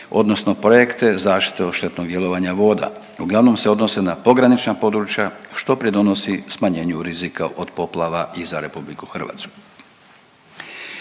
odnosno projekte zaštite od štetnog djelovanja voda. Uglavnom se odnose na pogranična područja što pridonosi smanjenju rizika od poplava i za RH.